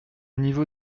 niveau